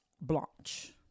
blanche